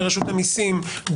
ברשות המיסים,